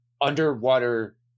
underwater